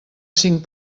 cinc